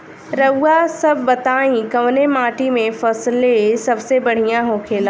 रउआ सभ बताई कवने माटी में फसले सबसे बढ़ियां होखेला?